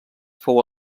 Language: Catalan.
fou